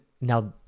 now